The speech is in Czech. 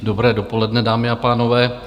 Dobré dopoledne, dámy a pánové.